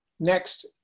Next